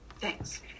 Thanks